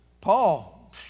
paul